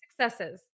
successes